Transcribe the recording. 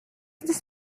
this